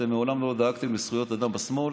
אתם מעולם לא דאגתם לזכויות אדם בשמאל,